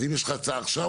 אז אם יש לך הצעה עכשיו,